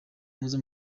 muze